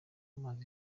amaze